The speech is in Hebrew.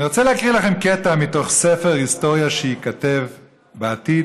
אני רוצה להקריא לכם קטע מתוך ספר היסטוריה שייכתב בעתיד